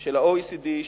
של ה-OECD,